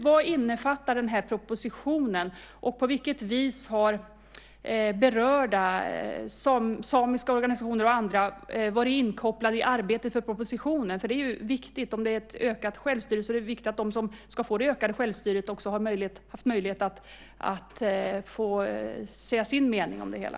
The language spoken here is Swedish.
Vad innefattar den här propositionen, och på vilket vis har berörda, samiska organisationer och andra, varit inkopplade i arbetet med propositionen? Om det gäller ett ökat självstyre är det ju viktigt att de som ska få det ökade självstyret också har haft möjlighet att säga sin mening om det hela.